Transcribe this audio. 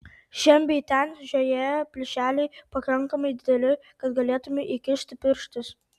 šen bei ten žiojėjo plyšeliai pakankamai dideli kad galėtumei įkišti pirštus